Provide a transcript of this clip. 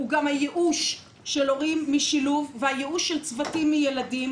הוא גם הייאוש של הורים משילוב והייאוש של צוותים מילדים,